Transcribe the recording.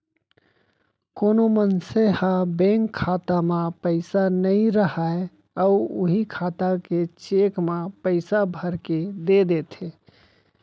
कोनो मनसे ह बेंक खाता म पइसा नइ राहय अउ उहीं खाता के चेक म पइसा भरके दे देथे